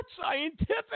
Scientific